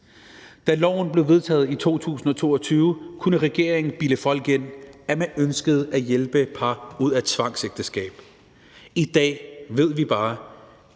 Da loven blev vedtaget i 2002, kunne regeringen bilde folk ind, at man ønskede at hjælpe par ud af tvangsægteskaber. I dag ved vi bare,